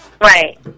Right